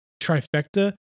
trifecta